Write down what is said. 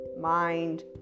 mind